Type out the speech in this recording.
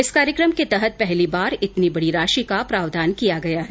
इस कार्यक्रम के तहत पहली बार इतनी बडी राशि का प्रावधान किया गया है